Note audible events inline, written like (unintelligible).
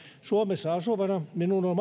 suomessa asuvana minun on (unintelligible)